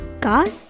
God